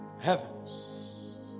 heavens